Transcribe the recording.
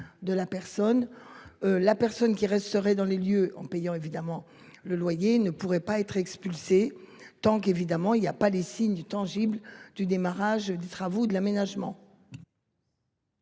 de la personne. La personne qui resterait dans les lieux en payant évidemment le loyer ne pourrait pas être expulsés tant qu'évidemment il y a pas les signes tangibles du démarrage des travaux de l'aménagement.